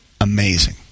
amazing